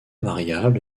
variable